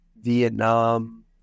Vietnam